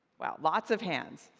wow, lots of hands.